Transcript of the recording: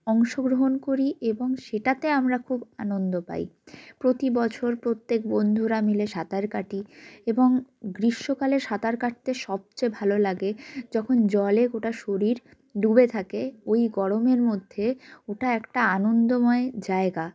অংশগ্রহণ করি এবং সেটাতে আমরা খুব আনন্দ পাই প্রতি বছর প্রত্যেক বন্ধুরা মিলে সাঁতার কাটি এবং গ্রীষ্মকালে সাঁতার কাটতে সবচেয়ে ভালো লাগে যখন জলে গোটা শরীর ডুবে থাকে ওই গরমের মধ্যে ওটা একটা অনন্দময় জায়গা